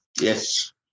Yes